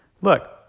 Look